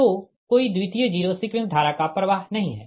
तो कोई द्वितीय जीरो सीक्वेंस धारा का प्रवाह नहीं है